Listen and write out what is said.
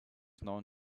known